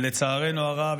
ולצערנו הרב,